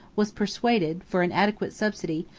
was persuaded, for an adequate subsidy,